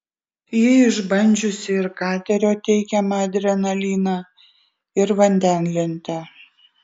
ji išbandžiusi ir katerio teikiamą adrenaliną ir vandenlentę